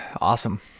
Awesome